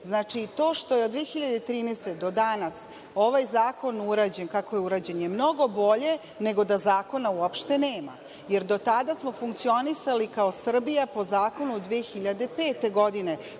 zakona. To što je od 2013. godine do danas ovaj zakon urađen kako je urađen je mnogo bolje nego da zakona uopšte nema, jer do tada smo funkcionisali kao Srbija po zakonu od 2005. godine